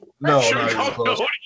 No